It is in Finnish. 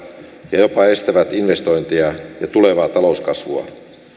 ja jopa estävät investointeja ja ja tulevaa talouskasvua